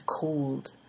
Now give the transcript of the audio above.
cold